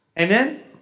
Amen